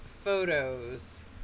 photos